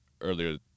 earlier